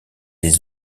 des